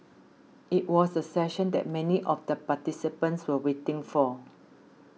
it was the session that many of the participants were waiting for